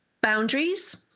boundaries